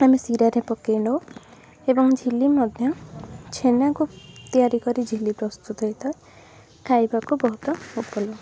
ଆମେ ସିରାରେ ପକେଇ ନେଉ ଏବଂ ଝିଲି ମଧ୍ୟ ଛେନାକୁ ତିଆରି କରି ଝିଲି ପ୍ରସ୍ତୁତ ହେଇଥାଏ ଖାଇବାକୁ ବହୁତ ଉପ